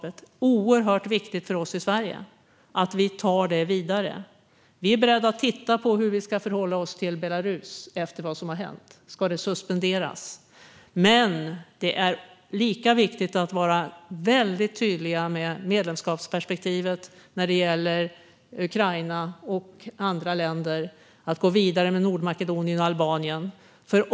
Det är oerhört viktigt för oss i Sverige att vi tar det vidare. Vi är beredda att titta på hur vi ska förhålla oss till Belarus efter vad som har hänt. Ska det suspenderas? Men det är lika viktigt att vi är väldigt tydliga med medlemskapsperspektivet när det gäller Ukraina och andra länder och att gå vidare med Nordmakedonien och Albanien.